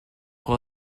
pour